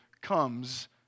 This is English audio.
comes